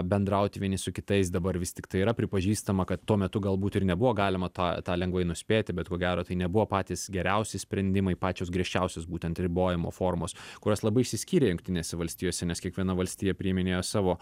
bendrauti vieni su kitais dabar vis tiktai yra pripažįstama kad tuo metu galbūt ir nebuvo galima tą tą lengvai nuspėti bet ko gero tai nebuvo patys geriausi sprendimai pačios griežčiausios būtent ribojimo formos kurios labai išsiskyrė jungtinėse valstijose nes kiekviena valstija priiminėjo savo